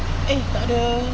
eh takde